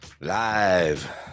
live